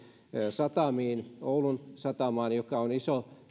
satamia oulun satamaa joka on iso